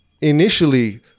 Initially